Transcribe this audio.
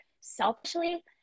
selfishly